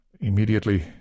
Immediately